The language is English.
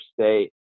state